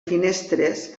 finestres